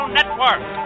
Network